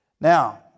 Now